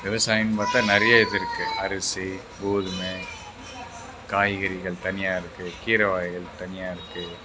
விவசாயம்னு பார்த்தா நிறையா இப்போ இருக்குது அரிசி கோதுமை காய்கறிகள் தனியாக இருக்குது கீரை வகைகள் தனியாக இருக்குது